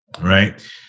right